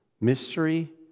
mystery